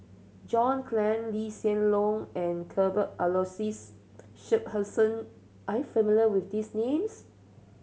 John Clang Lee Hsien Loong and Cuthbert Aloysius Shepherdson are you familiar with these names